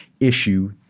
Issue